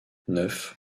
neuf